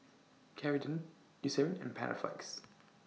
Ceradan Eucerin and Panaflex